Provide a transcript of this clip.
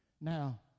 Now